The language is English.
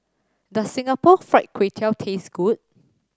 does Singapore Fried Kway Tiao taste good